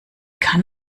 kann